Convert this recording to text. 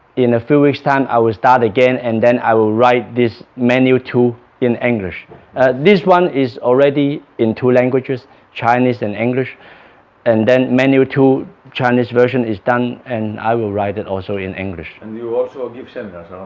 in a few weeks time, i will start again and then i will write this manual two in english this one is already in two languages chinese and english and then manual two chinese version is done and i will write it also in english and you also give seminars